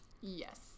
Yes